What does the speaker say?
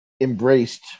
embraced